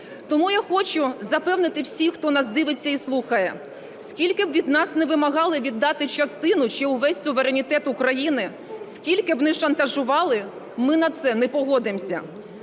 Тому я хочу запевнити всіх, хто нас дивиться і слухає, скільки б від нас не вимагали віддати частину чи увесь суверенітет України, скільки б не шантажували – ми на це не погодимося.